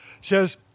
says